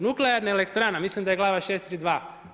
Nuklearna elektrana, mislim da je glava 632.